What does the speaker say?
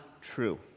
true